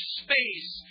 space